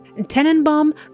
Tenenbaum